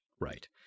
right